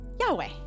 Yahweh